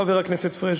חבר הכנסת פריג',